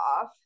off